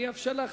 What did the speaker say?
אני אאפשר לך